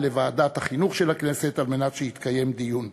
לוועדת החינוך של הכנסת על מנת שיתקיים דיון.